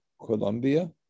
Colombia